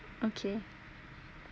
okay